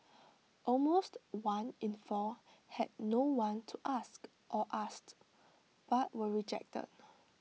almost one in four had no one to ask or asked but were rejected